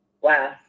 Wow